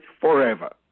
forever